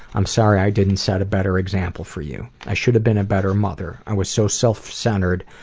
i'm sorry i didn't set a better example for you. i should have been a better mother. i was so self-centered,